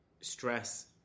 stress